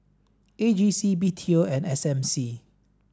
A G C B T O and S M C